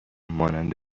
مانند